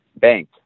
bank